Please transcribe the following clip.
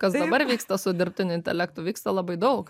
kas dabar vyksta su dirbtiniu intelektu vyksta labai daug